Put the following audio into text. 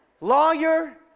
lawyer